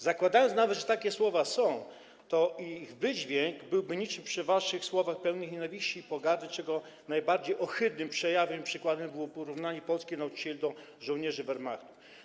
Zakładając nawet, że takie słowa są, to ich wydźwięk byłby niczym przy waszych słowach pełnych nienawiści i pogardy, czego najbardziej ohydnym przejawem i przykładem było porównanie nauczycieli do żołnierzy Wehrmachtu.